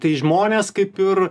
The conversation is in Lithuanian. tai žmonės kaip ir